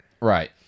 Right